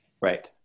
Right